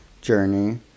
journey